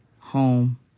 home